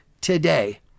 today